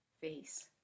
face